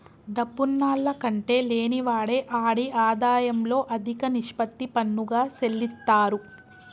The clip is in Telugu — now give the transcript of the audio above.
డబ్బున్నాల్ల కంటే లేనివాడే ఆడి ఆదాయంలో అదిక నిష్పత్తి పన్నుగా సెల్లిత్తారు